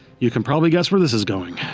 you can probably guess where this is going.